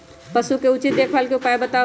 पशु के उचित देखभाल के उपाय बताऊ?